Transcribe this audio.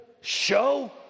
show